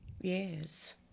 Yes